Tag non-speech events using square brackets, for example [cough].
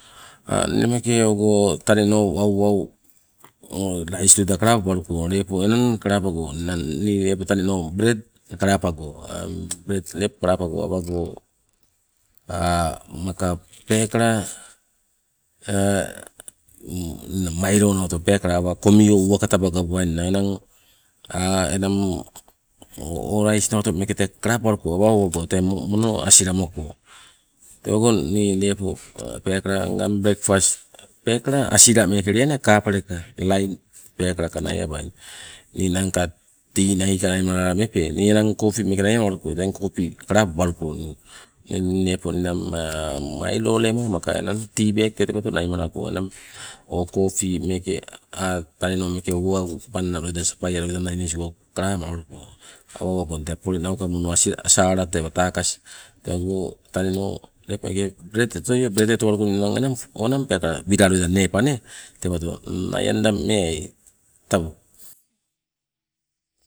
Inne meeke ogo taneno wauwau lais loida kalapabaluko lepo enang kalapago ninang nii lepo taneno enang bread kalapago, bread lepo kalapago awago [hesitation] maka pekala [hesitation] milo nawato pekala pakumio uwaka taba gawabainna. Enang [hesitation] o lais nawato lepo kalapabaluko awa owago tee mono lepo asila moko, tewago ni lepo pekala ngang breakfast pekala asila meke lia kapaleka light peekalaka naiabainna, ninangka tea nai naimalala mepe, ni enang coffee meeke naimalawaluko teng coffee kalapabaluko. Teng nii lepo ninang milo lema maka enang tea bag tee tewato naimalako, enang o coffee meeke ah taneno meeke o wau panna loida sapai loida naigo kalamalawaluko awa owagong tee pole nauka mono asila asala tee watakas, tewago taneno bread otoio, bread otowaluko enang wila loida nepa nee naianda meai. Tabo.